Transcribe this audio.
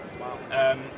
Wow